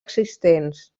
existents